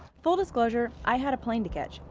full disclosure. i had a plane to catch.